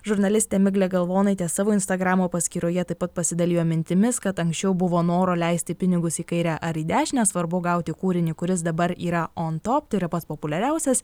žurnalistė miglė galvonaite savo instagramo paskyroje taip pat pasidalijo mintimis kad anksčiau buvo noro leisti pinigus į kairę ar į dešinę svarbu gauti kūrinį kuris dabar yra on top tai yra pats populiariausias